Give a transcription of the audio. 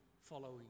following